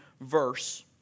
verse